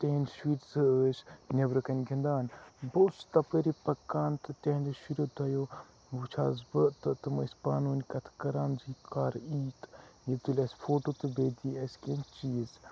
تِہٕنٛد شُرۍ زٕ ٲسۍ نیٚبرٕ کَنۍ گِنٛدان بہٕ اوسُس تَپٲری پَکان تہٕ تِہٕنٛدیٚو شُریٚو دۄیَو وُچھ ہَس بہٕ تہٕ تِم ٲسۍ پانہٕ ؤنۍ کَتھٕ کَران زِ یہِ کَر یِیہِ یہِ تُلہِ اَسہِ فوٹو تہٕ بیٚیہِ دیہِ اَسہِ کینٛہہ چیٖز